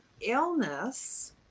illness